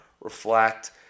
reflect